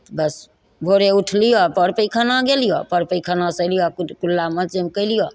तऽ बस भोरे उठलियौ पर पैखाना गेलियौ पर पैखाना सँ अइलियौ कुल्ला मञ्जन कइलियौ